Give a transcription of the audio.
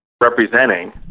representing